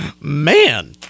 Man